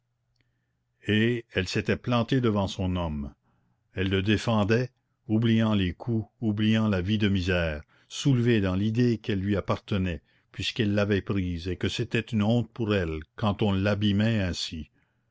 et elle s'était plantée devant son homme elle le défendait oubliant les coups oubliant la vie de misère soulevée dans l'idée qu'elle lui appartenait puisqu'il l'avait prise et que c'était une honte pour elle quand on l'abîmait ainsi